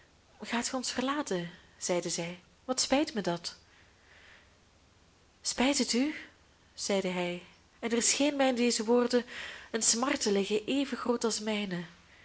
gaat ge ons verlaten zeide zij wat spijt mij dat spijt het u zeide hij en er scheen mij in deze woorden een smart te liggen even groot als